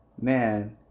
Man